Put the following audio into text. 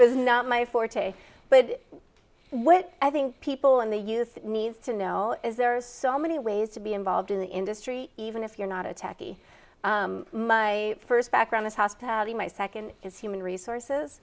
it was not my forte but what i think people in the us need to know is there's so many ways to be involved in the industry even if you're not a techie my first background is hospitality my second is human resources